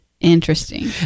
Interesting